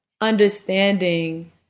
understanding